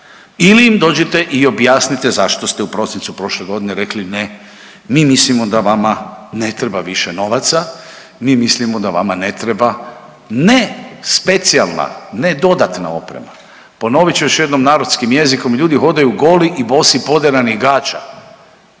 ili im dođite i objasnite zašto ste u prosincu prošle godine rekli ne, mi mislimo da vama ne treba više novaca, mi mislimo da vama ne treba ne specijalna, ne dodatna oprema, ponovit ću još jednom narodskim jezikom, ljudi hodaju goli i bosi, poderanih gaća